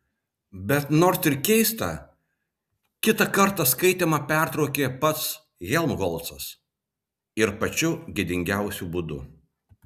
bet nors ir keista kitą kartą skaitymą pertraukė pats helmholcas ir pačiu gėdingiausiu būdu